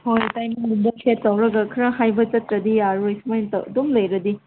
ꯍꯣꯏ ꯇꯥꯏꯃꯤꯡꯒꯨꯝꯕ ꯁꯦꯠ ꯇꯧꯔꯒ ꯈꯔ ꯍꯥꯏꯕ ꯆꯠꯇ꯭ꯔꯗꯤ ꯌꯥꯔꯣꯏ ꯁꯨꯃꯥꯏ ꯑꯗꯨꯝ ꯂꯩꯔꯗꯤ